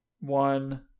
One